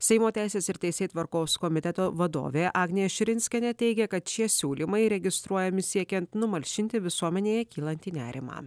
seimo teisės ir teisėtvarkos komiteto vadovė agnė širinskienė teigia kad šie siūlymai registruojami siekiant numalšinti visuomenėje kylantį nerimą